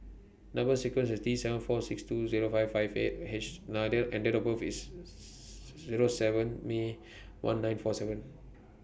Number sequence IS T seven four two six Zero five five eight H and Date of birth IS Zero seven May one nine four seven